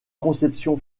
conception